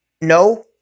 no